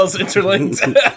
interlinked